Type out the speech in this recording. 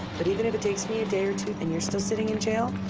but even if it takes me a day or two and you're still sitting in jail,